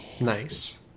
nice